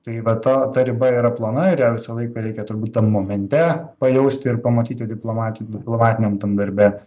tai va ta ta riba yra plona ir ją visą laiką reikia turbūt tam momente pajausti ir pamatyti diplomati diplomatiniam tam darbe